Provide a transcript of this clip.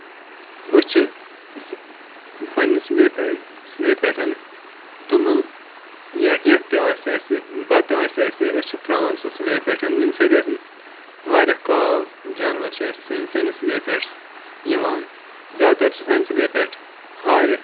أسۍ چھِ پَنٕنہِ سِلیپ پٮ۪ٹھ سِلیپ پٮ۪ٹھ تِمَن یا کیٚنہہ تہِ آسہِ اَسہِ بَتہٕ آسہِ أسۍ چھِ تراوان سُہ سِلیپ پٮ۪ٹھ ییٚمہِ سۭتۍ اَسہِ واریاہ کاو جاناوار چھِ اَسہِ سٲنِس سِلیپ پٮ۪ٹھ یِوان زیادٕ تر چھِ آسان سِلیپ پٮ۪ٹھ ہارِ